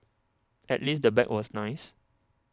at least the bag was nice